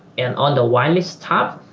and on the wireless tab,